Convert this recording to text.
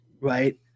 right